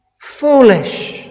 foolish